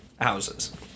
houses